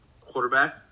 quarterback